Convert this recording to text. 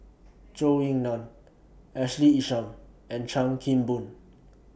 Zhou Ying NAN Ashley Isham and Chan Kim Boon